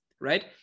right